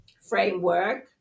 framework